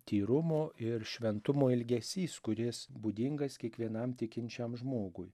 tyrumo ir šventumo ilgesys kuris būdingas kiekvienam tikinčiam žmogui